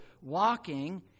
walking